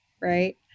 Right